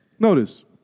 Notice